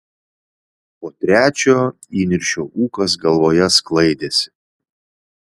po trečio įniršio ūkas galvoje sklaidėsi